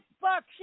fuck